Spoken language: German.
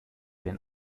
den